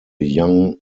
young